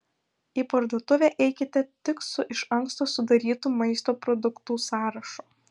į parduotuvę eikite tik su iš anksto sudarytu maisto produktų sąrašu